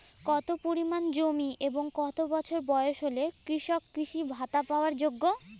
কত পরিমাণ জমি এবং কত বছর বয়স হলে কৃষক কৃষি ভাতা পাওয়ার যোগ্য?